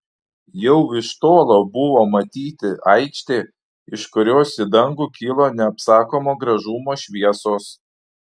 jau iš tolo buvo matyti aikštė iš kurios į dangų kilo neapsakomo gražumo šviesos